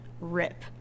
rip